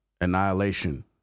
annihilation